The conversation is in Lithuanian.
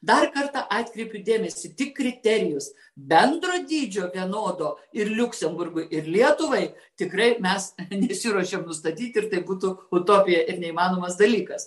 dar kartą atkreipiu dėmesį tik kriterijus bendro dydžio vienodo ir liuksemburgui ir lietuvai tikrai mes nesiruošiam nustatyt ir tai būtų utopija ir neįmanomas dalykas